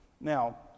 Now